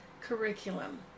curriculum